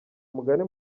umugani